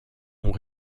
ont